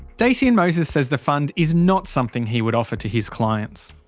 dacian moses says the fund is not something he would offer to his clients.